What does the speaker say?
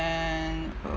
and